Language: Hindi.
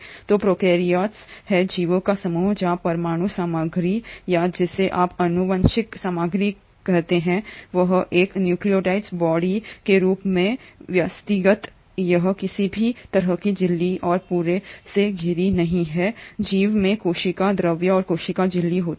तो प्रोकैरियोट्स ए हैं जीवों का समूह जहां परमाणु सामग्री या जिसे आप आनुवंशिक सामग्री कहते हैं वह है एक न्यूक्लियॉइड बॉडी के रूप में व्यवस्थित यह किसी भी तरह की झिल्ली और पूरे से घिरा नहीं है जीव में कोशिका द्रव्य और कोशिका झिल्ली होती है